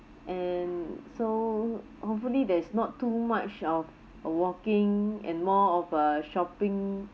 and so hopefully there is not too much of of walking and more of a shopping